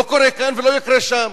לא קורה כאן ולא יקרה שם.